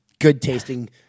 good-tasting